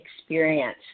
experience